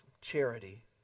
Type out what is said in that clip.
charity